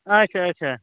اچھا اچھا